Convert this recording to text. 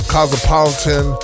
Cosmopolitan